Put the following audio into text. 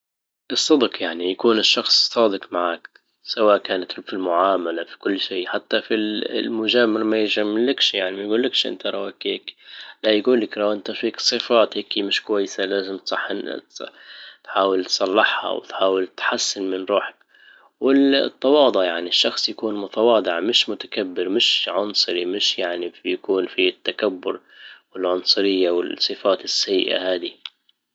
الصدق يعني يكون الشخص صادق معاك سواء كانت في المعاملة في كل شيء حتى في المجامله ما يجاملكش يعني ما يقولكش انت راه كيك لا يجول لك لو انت فيك صفاتك كي مش كويسة لازم تصحـ- تصح الناس تحاول تصلحها وتحاول تحسن من روحك يعني الشخص يكون متواضع مش متكبر مش عنصري مش يعني بيكون في التكبر والعنصرية والصفات السيئة هذي